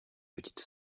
petite